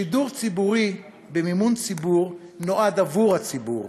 שידור ציבורי במימון ציבור נועד עבור הציבור.